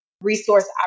resource